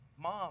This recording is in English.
mom